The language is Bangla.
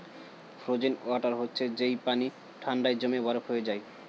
ফ্রোজেন ওয়াটার হচ্ছে যেই পানি ঠান্ডায় জমে বরফ হয়ে যায়